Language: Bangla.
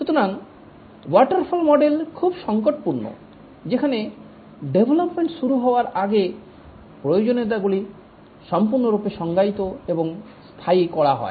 সুতরাং ওয়াটারফল মডেল খুব সংকটপূর্ণ যেখানে ডেভলপমেন্ট শুরু হওয়ার আগে প্রয়োজনীয়তাগুলি সম্পূর্ণরূপে সংজ্ঞায়িত এবং স্থায়ী করা হয়